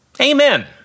Amen